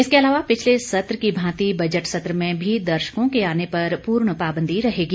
इसके अलावा पिछले सत्र की भांति बजट सत्र में भी दर्शकों के आने पर पूर्ण पाबंदी रहेगी